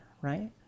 Right